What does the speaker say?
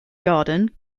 garden